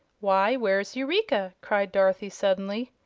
why, where's eureka? cried dorothy, suddenly.